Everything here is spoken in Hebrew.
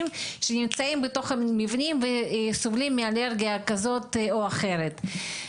שנמצאים בתוך המבנים מפתחים וסובלים מאלרגיה כזאת או אחרת.